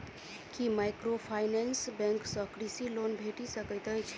की microfinance bank सँ कृषि loan भेटि सकैत अछि?